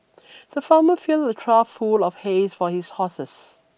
the farmer filled a trough full of hays for his horses